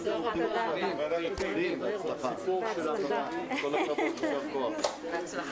שר השיכון והבינוי השר זאב